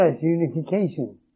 unification